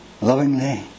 lovingly